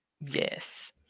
Yes